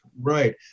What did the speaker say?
right